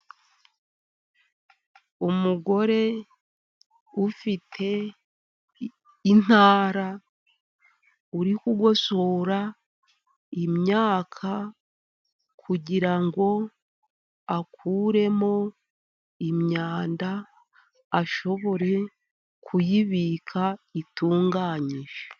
Umugore ufite intara uri kugosora imyaka, kugira ngo akuremo imyanda, ashobore kuyibika itunganyije.